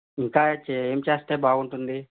ఇంకా చే ఏం చేస్తే బాగుంటుంది